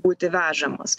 būti vežamos